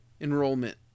enrollment